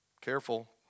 careful